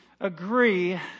agree